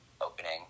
opening